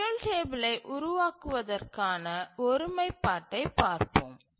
schedule டேபிளை உருவாக்குவதற்கான ஒருமைப்பாட்டைப் பார்ப்போம்